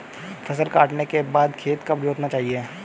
फसल काटने के बाद खेत कब जोतना चाहिये?